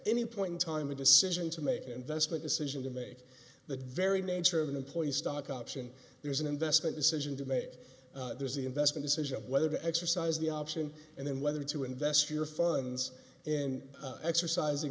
any point in time a decision to make an investment decision to make the very nature of an employee stock option there's an investment decision to make there's the investment decision whether to exercise the option and then whether to invest your funds in exercising